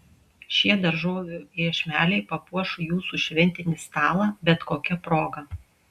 šie daržovių iešmeliai papuoš jūsų šventinį stalą bet kokia proga